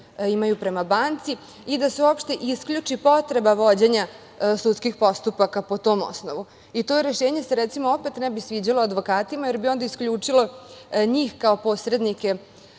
imaju prema banci i da se uopšte isključi potreba vođenja sudskih postupaka po tom osnovu. To rešenje se, recimo, opet ne bi sviđalo advokatima, jer bi onda isključilo njih kao posrednike